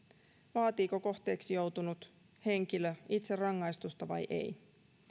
vaatiiko kohteeksi joutunut henkilö itse rangaistusta vai ei